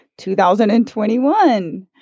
2021